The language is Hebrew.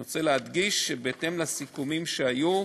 אני רוצה להדגיש, שבהתאם לסיכומים שהיו,